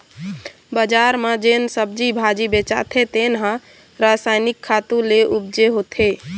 बजार म जेन सब्जी भाजी बेचाथे तेन ह रसायनिक खातू ले उपजे होथे